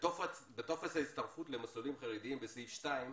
בטופס ההצטרפות למסלולים חרדיים, בסעיף 2,